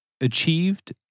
achieved